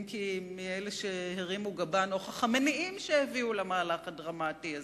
אם כי מאלה שהרימו גבה נוכח המניעים שהביאו למהלך הדרמטי הזה,